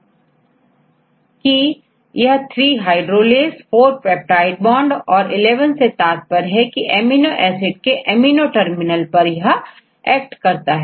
कि यह 3 hydrolase और4 पेप्टाइड बॉन्ड11 से तात्पर्य है कि यह एमिनो एसिड के एमिनो टर्मिनल पर कार्य करता है